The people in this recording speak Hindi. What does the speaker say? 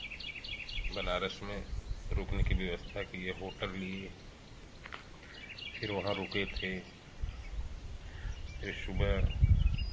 बनारस में रुकने की व्यवस्था किए होटल लिए फिर वहाँ रुके थे फिर सुबह